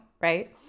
right